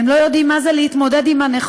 הם לא יודעים מה זה להתמודד עם הנכות,